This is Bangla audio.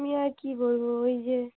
আমি আর কি বলবো ওই যে